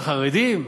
החרדים,